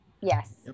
Yes